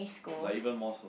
like even more so